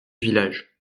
village